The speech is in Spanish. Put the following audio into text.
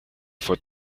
fue